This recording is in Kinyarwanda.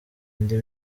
indi